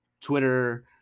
twitter